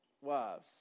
wives